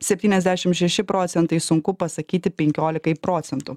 septyniasdešimt šeši procentai sunku pasakyti penkiolikai procentų